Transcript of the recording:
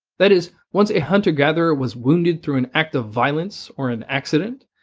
that is, once a hunter gatherer was wounded through an act of violence or an accident,